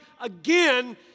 again